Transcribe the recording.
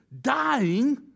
dying